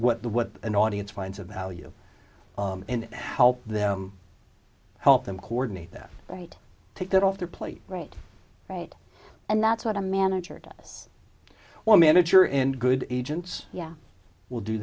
what the what an audience finds of value and help them help them coordinate that right take that off their plate right right and that's what a manager one manager and good agents yeah will do